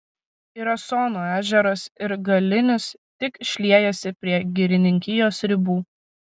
ir asono ežeras ir galinis tik šliejasi prie girininkijos ribų